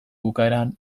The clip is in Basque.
bukaeran